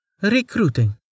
Recruiting